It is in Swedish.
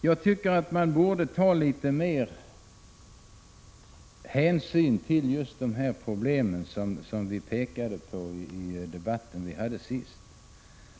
Jag tycker att man borde tagit mera hänsyn till dessa problem. Vi pekade på dem i den debatt som senast fördes.